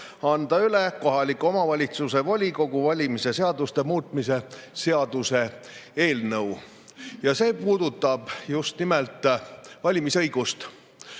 anda üle kohaliku omavalitsuse volikogu valimise seaduse muutmise seaduse eelnõu. See puudutab just nimelt valimisõigust.